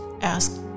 ask